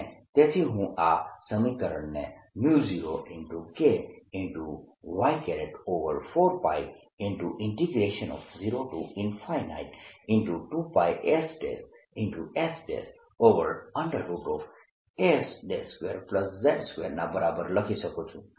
અને તેથી હું આ સમીકરણને 0K y4π 02πs dss2z2 ના બરાબર લખી શકું છું